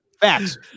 Facts